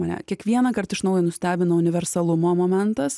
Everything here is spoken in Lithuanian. mane kiekvienąkart iš naujo nustebino universalumo momentas